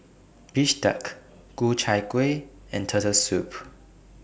Bistake Ku Chai Kueh and Turtle Soup